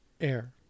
air